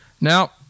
Now